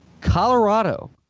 Colorado